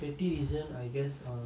like